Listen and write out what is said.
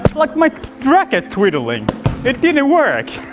like my racket twiddling it didn't work!